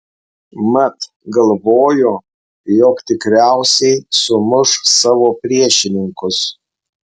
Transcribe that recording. mat galvojo jog tikriausiai sumuš savo priešininkus